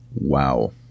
Wow